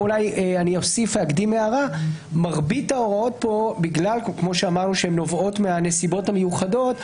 מרבית ההוראות נובעות מהנסיבות המיוחדות,